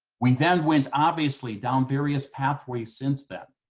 we then went, obviously, down various pathways since that,